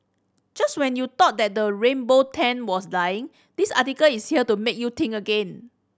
just when you thought that the rainbow trend was dying this article is here to make you think again